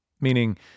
Meaning